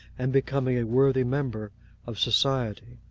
and becoming a worthy member of society.